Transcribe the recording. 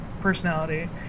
personality